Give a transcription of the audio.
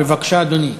בבקשה, אדוני.